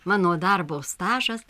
mano darbo stažas